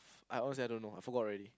I honestly I don't know I forgot already